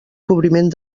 cobriment